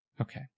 Okay